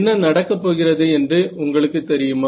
என்ன நடக்கப்போகிறது என்று உங்களுக்கு தெரியுமா